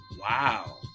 wow